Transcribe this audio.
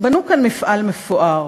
בנו כאן מפעל מפואר,